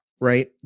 right